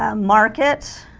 ah market